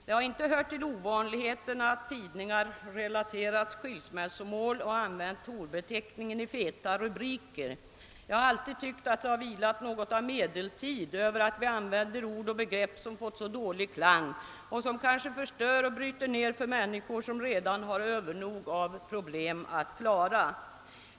Det har inte hört till ovanligheterna att tidningar relaterat skilsmässomål och använt horbeteckningen i feta rubriker. Jag har alltid tyckt att det har vilat något av medeltid över att vi använder ord och begrepp, som fått så dålig klang och som kanske förstör och bryter ned tillvaron för människor som redan har över nog av problem att klara.